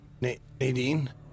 Nadine